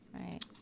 right